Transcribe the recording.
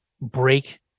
break